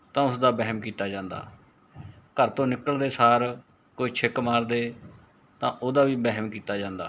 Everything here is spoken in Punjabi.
ਤਾਂ ਉਸਦਾ ਵਹਿਮ ਕੀਤਾ ਜਾਂਦਾ ਘਰ ਤੋਂ ਨਿਕਲ਼ਦੇ ਸਾਰ ਕੋਈ ਛਿੱਕ ਮਾਰਦੇ ਤਾਂ ਉਹਦਾ ਵੀ ਵਹਿਮ ਕੀਤਾ ਜਾਂਦਾ